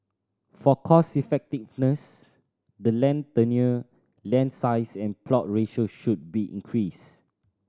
for cost effectiveness the land tenure land size and plot ratio should be increased